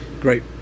Great